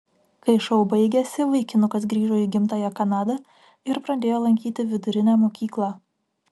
kai šou baigėsi vaikinukas grįžo į gimtąją kanadą ir pradėjo lankyti vidurinę mokyklą